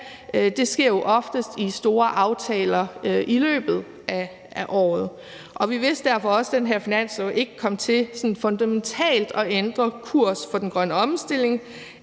Det sker jo oftest i store aftaler i løbet af året. Vi vidste derfor også, at den her finanslov ikke kom til fundamentalt at ændre kurs for den grønne omstilling